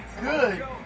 good